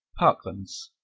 parklands.